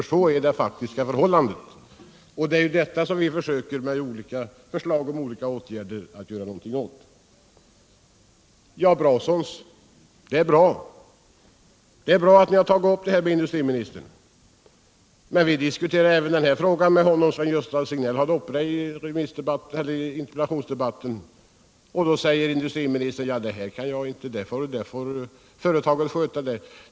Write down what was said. Så är det faktiska förhållandet, och det försöker vi socialdemokrater med förslag till olika åtgärder att göra någonting åt. Det är bra att ni har tagit upp frågan om Brasons med industriministern. Gösta Signell tog också upp den frågan med industriministern i interpellationsdebatten. Men då svarade industriministern att de problemen fick företaget sköta.